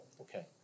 okay